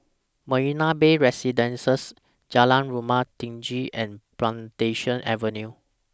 Marina Bay Residences Jalan Rumah Tinggi and Plantation Avenue